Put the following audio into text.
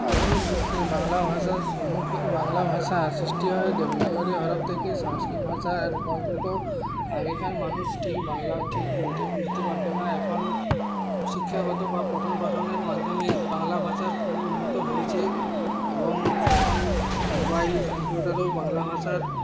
আধুনিক বিশ্বে বাংলা ভাষার সম্মুখী বাংলা ভাষা সৃষ্টিভাবে দেবনগরী হরপ থেকে সংস্কৃত ভাষার রূপান্তরিত আগেকার মানুষ ঠিক বাংলা ঠিক বলতে বুঝতে পতো না এখন শিক্ষাগত বা পঠন পাঠনের মাধ্যমে বাংলা ভাষার খুব উন্নত হয়েছে এবং এখন মোবাইল কম্পিউটারও বাংলা ভাষার